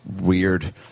weird